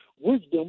wisdom